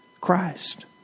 Christ